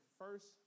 first